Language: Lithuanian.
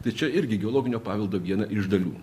tai čia irgi geologinio paveldo viena iš dalių